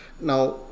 Now